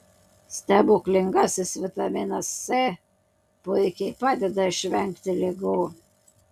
stebuklingasis vitaminas c puikiai padeda išvengti ligų